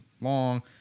long